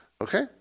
Okay